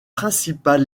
principal